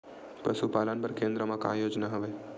पशुपालन बर केन्द्र म का योजना हवे?